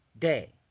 day